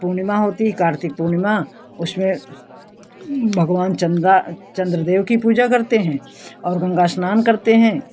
पूर्णिमा होती है कार्तिक पूर्णिमा उसमें भगवान चन्दा चंद्रदेव की पूजा करते हैं और गंगा स्नान करते हैं